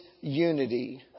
unity